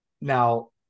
Now